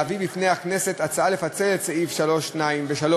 להביא בפני הכנסת הצעה לפצל את סעיף 3(2) ו-(3)